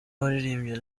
waririmbye